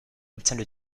obtient